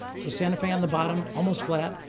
so santa fe on the bottom almost flat.